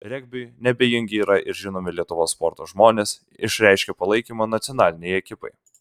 regbiui neabejingi yra ir žinomi lietuvos sporto žmonės išreiškę palaikymą nacionalinei ekipai